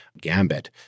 gambit